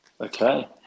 Okay